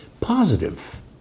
positive